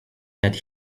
that